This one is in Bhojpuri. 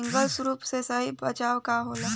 सिंगल सूपर के सही पहचान का होला?